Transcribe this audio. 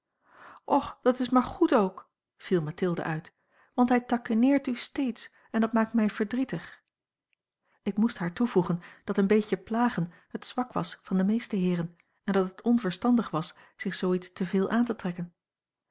och dat is maar goed ook viel mathilde uit want hij taquineert u steeds en dat maakt mij verdrietig ik moest haar toevoegen dat een beetje plagen het zwak was van de meeste heeren en dat het onverstandig was zich zoo iets te veel aan te trekken